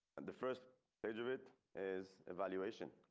and the first page of it is evaluation.